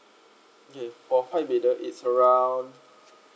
okay for five bedder it's around